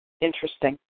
interesting